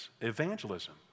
evangelism